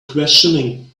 questioning